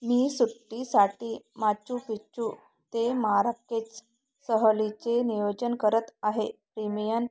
मी सुट्टीसाठी Machu Picchu ते Marrakech सहलीचे नियोजन करत आहे प्रीमियन